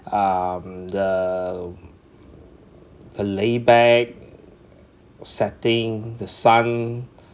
um the the laid back setting the sun